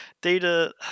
Data